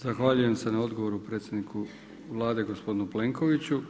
Zahvaljujem se na odgovoru predsjedniku Vlade gospodinu Plenkoviću.